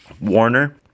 Warner